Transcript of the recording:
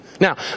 Now